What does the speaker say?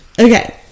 okay